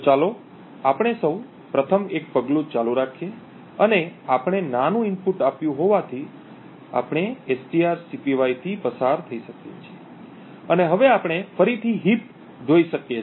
તો ચાલો આપણે સૌ પ્રથમ એક પગલું ચાલુ રાખીએ અને આપણે નાનું ઇનપુટ આપ્યું હોવાથી આપણે strcpy થી પસાર થઈ શકીએ છીએ અને હવે આપણે ફરીથી હીપ જોઈ શકીએ છીએ